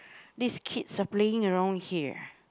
these kids are playing around here